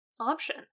option